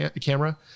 camera